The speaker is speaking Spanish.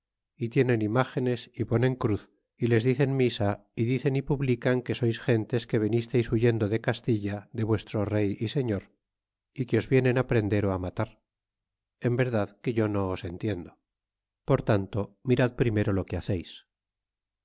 é tienen imágenes y ponen cruz é les dicen misa é dicen é publican que sois gentes que venistes huyendo de castilla de vuestro rey y señor é que os vienen prender ó matar en verdad que yo no os entiendo por tanto mirad primero lo que haceis